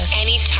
anytime